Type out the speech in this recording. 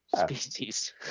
species